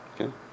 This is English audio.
Okay